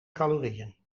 calorieën